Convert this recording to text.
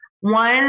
one